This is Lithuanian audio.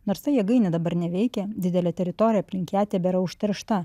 nors ta jėgainė dabar neveikia didelė teritorija aplink ją tebėra užteršta